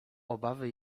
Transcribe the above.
obawy